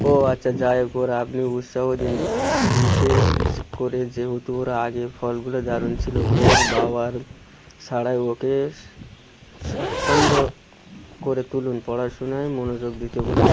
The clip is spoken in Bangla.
ও আচ্ছা যাই হোক ওর আপনি উৎসাহ দিন বিশেষ করে যেহেতু ওর আগের ফলগুলো দারুণ ছিলো ওর বাবার ছাড়াই ওকে স্বচ্ছন্দ করে তুলুন পড়াশোনায় মনোযোগ দিতে বলুন